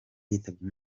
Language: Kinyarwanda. yitabye